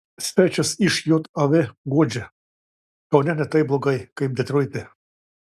svečias iš jav guodžia kaune ne taip blogai kaip detroite